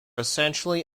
essentially